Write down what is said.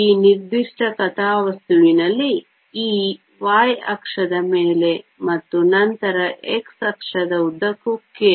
ಈ ನಿರ್ದಿಷ್ಟ ಕಥಾವಸ್ತುವಿನಲ್ಲಿ E y ಅಕ್ಷದ ಮೇಲೆ ಮತ್ತು ನಂತರ x ಅಕ್ಷದ ಉದ್ದಕ್ಕೂ k